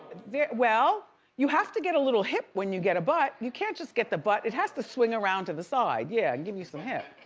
well you have to get a little hip when you get a butt. you can't just get the butt. it has to swing around to the side yeah and give you some hip.